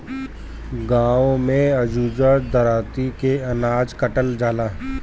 गाँव में अजुओ दराँती से अनाज काटल जाला